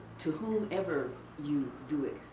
to whoever you do it.